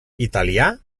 italià